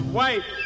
White